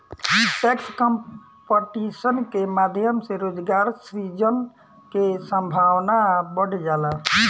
tax competition के माध्यम से रोजगार सृजन के संभावना बढ़ जाला